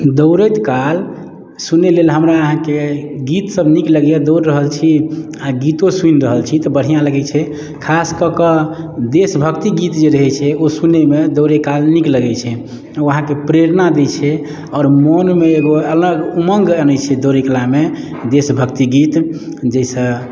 दौड़ैत काल सुनै लेल हमरा अहाँके गीत सभ नीक लगैया दौड़ि रहल छी आ गीतो सुनि रहल छी तऽ बढ़िऑं लगैत छै खास कऽ कऽ देशभक्ति गीत जे रहै छै ओ सुनैमे दौड़ै काल नीक लगैत छै ओ अहाँके प्रेरणा दैत छै आओर मोनमे एगो अलग उमङ्ग अनै छै दौड़ै कलामे देशभक्ति गीत जाहि से